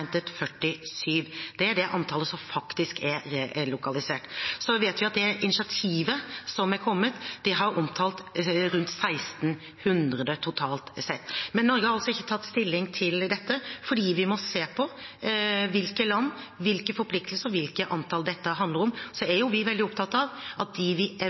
47 personer. Det er det antallet som faktisk er blitt relokalisert. Vi vet at det initiativet som har kommet, har omtalt rundt 1 600 totalt. Men Norge har ikke tatt stilling til dette, for vi må se på hvilke land, hvilke forpliktelser og hvilke antall dette handler om. Vi er veldig opptatt av å sikre at de vi